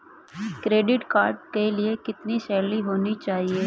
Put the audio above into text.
Credit card के लिए कितनी सैलरी होनी चाहिए?